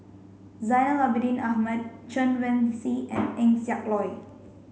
Zainal Abidin Ahmad Chen Wen Hsi and Eng Siak Loy